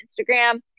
Instagram